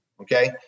Okay